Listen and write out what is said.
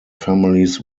families